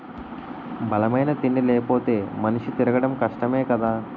బలమైన తిండి లేపోతే మనిషి తిరగడం కష్టమే కదా